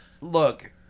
look